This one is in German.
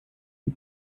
die